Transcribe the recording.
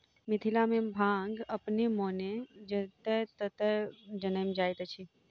मिथिला मे भांग अपने मोने जतय ततय जनैम जाइत अछि